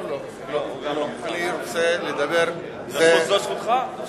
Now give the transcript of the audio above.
לא, אני רוצה לדבר, זאת זכותך.